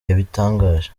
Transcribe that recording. yabitangaje